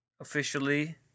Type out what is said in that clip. officially